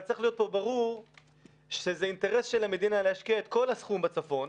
אבל צריך להיות פה ברור שזה אינטרס של המדינה להשקיע את כל הסכום בצפון.